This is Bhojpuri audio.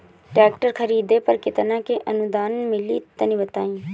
ट्रैक्टर खरीदे पर कितना के अनुदान मिली तनि बताई?